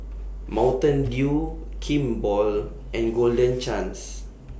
Mountain Dew Kimball and Golden Chance